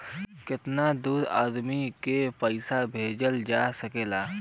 कितना दूर आदमी के पैसा भेजल जा सकला?